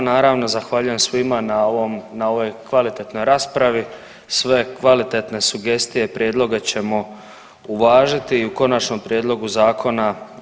Naravno zahvaljujem svima na ovom, na ovoj kvalitetnoj raspravi, sve kvalitetne sugestije i prijedloge ćemo uvažiti i u konačnom prijedlogu zakona.